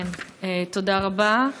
תודה רבה.